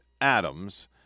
Adams